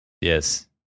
Yes